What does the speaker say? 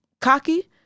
cocky